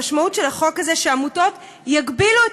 המשמעות של החוק הזה היא שעמותות יגבילו את